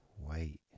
wait